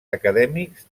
acadèmics